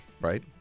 right